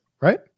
right